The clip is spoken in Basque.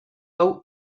hau